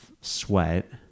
sweat